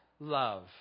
love